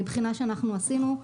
מבחינה שאנחנו עשינו,